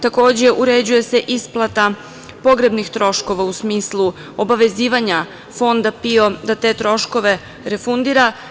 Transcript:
Takođe uređuje se isplata pogrebnih troškova u smislu obavezivanja Fonda PIO da te troškove refundira.